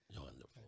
Wonderful